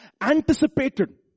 anticipated